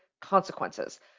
consequences